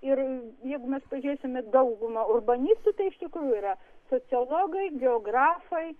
ir jeigu mes pažiūrėsime į daugumą urbanistų tai iš tikrųjų yra sociologai geografai